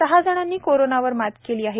सहा जणांनी कोरोनावर मात केली आहे